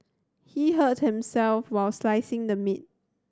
he hurt himself while slicing the meat